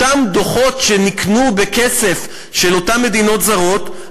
אותם דוחות שנקנו בכסף של אותן מדינות זרות,